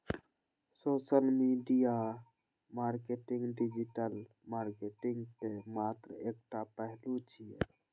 social media marketing digital marketing के मात्र एकटा पहलू छियै